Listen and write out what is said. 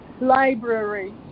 library